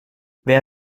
wer